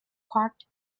parked